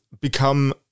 become